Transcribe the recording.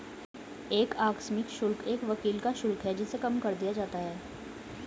एक आकस्मिक शुल्क एक वकील का शुल्क है जिसे कम कर दिया जाता है